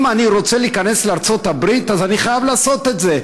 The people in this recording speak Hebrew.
אם אני רוצה להיכנס לארצות-הברית אז אני חייב לעשות את זה.